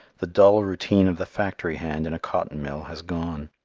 the dull routine of the factory hand in a cotton mill has gone.